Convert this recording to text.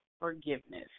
forgiveness